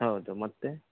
ಹೌದು ಮತ್ತೆ